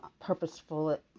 purposeful